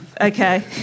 Okay